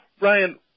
Ryan